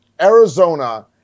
Arizona